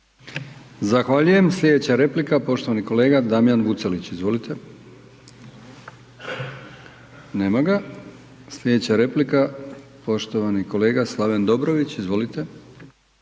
Zahvaljujem. Slijedeća replika poštovani kolega Damjan Vucelić, izvolite. Nema ga. Slijedeća replika poštovani kolega Slaven Dobrović, izvolite.